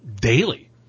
daily